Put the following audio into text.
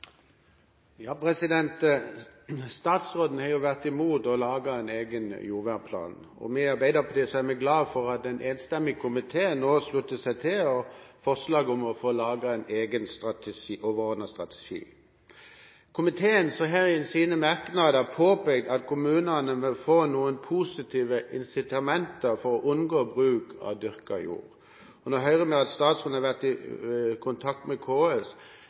Statsråden har vært imot å lage en egen jordvernplan, og vi i Arbeiderpartiet er glad for at en enstemmig komité nå slutter seg til forslaget om å få laget en egen, overordnet strategi. Komiteen påpeker at kommunene bør få noen positive incitamenter for å unngå bruk av dyrket jord. Nå hører vi at statsråden har vært i kontakt med KS,